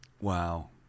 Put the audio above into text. Wow